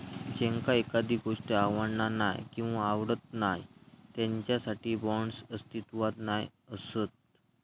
ज्यांका एखादी गोष्ट आवडना नाय किंवा आवडत नाय त्यांच्यासाठी बाँड्स अस्तित्वात नाय असत